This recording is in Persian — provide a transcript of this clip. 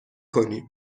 کنیم